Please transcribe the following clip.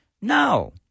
no